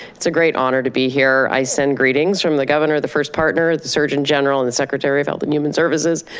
it's a great honor to be here, i send greetings from the governor, the first partner, the surgeon general and the secretary of health and human services,